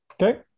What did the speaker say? Okay